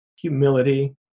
humility